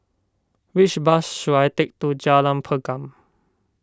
which bus should I take to Jalan Pergam